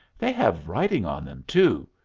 they have writing on em, too.